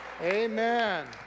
Amen